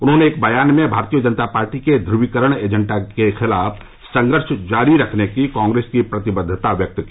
उन्होंने एक बयान में भारतीय जनता पार्टी के ध्रुवीकरण एजेण्डा के खिलाफ संघर्ष जारी रखने की कॉग्रेस की प्रतिबद्वता व्यक्त की